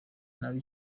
nabi